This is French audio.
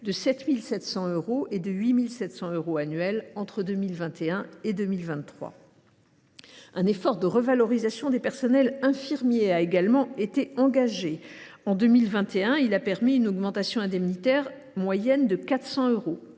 de 7 700 euros et de 8 700 euros annuels entre 2021 et 2023. Un effort de revalorisation pour les personnels infirmiers a également été engagé. En 2021, il a permis une augmentation indemnitaire moyenne de 400 euros.